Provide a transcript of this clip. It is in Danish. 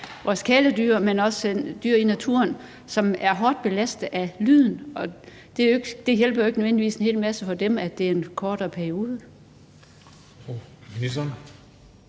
vores kæledyr, men det gælder også dyr i naturen, som er hårdt belastet af lyden. Det hjælper jo ikke nødvendigvis en hel masse for dem, at det er i en kortere periode.